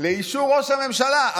לאישור ראש הממשלה.